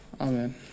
Amen